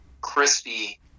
crispy